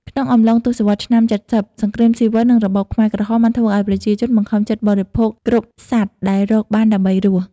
ក្នុងអំឡុងទសវត្សរ៍ឆ្នាំ ៧០ សង្គ្រាមស៊ីវិល និងរបបខ្មែរក្រហមបានធ្វើឱ្យប្រជាជនបង្ខំចិត្តបរិភោគគ្រប់សត្វដែលរកបានដើម្បីរស់។